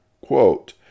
quote